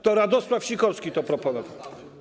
To Radosław Sikorski to proponował.